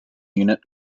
unit